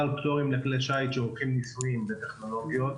פטורים לכלי שיט שעורכים ניסויים בטכנולוגיות,